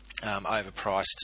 Overpriced